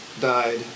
died